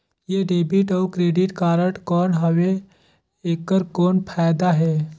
ये डेबिट अउ credit card कौन हवे एकर कौन फाइदा हे?